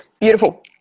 Beautiful